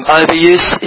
overuse